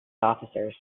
officers